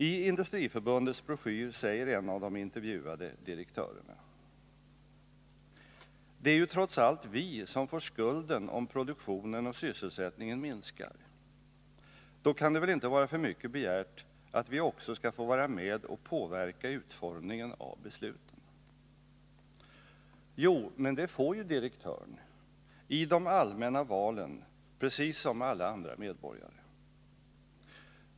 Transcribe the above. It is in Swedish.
I Industriförbundets broschyr säger en av de intervjuade direktörerna: ”Det är ju trots allt vi som får skulden om produktionen och sysselsättningen minskar. Då kan det väl inte vara för mycket begärt att vi också skall få vara med och påverka utformningen av besluten. ——-—-” Jo, men det får ju direktören, i de allmänna valen precis som alla andra medborgare.